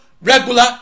regular